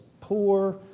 poor